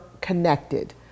connected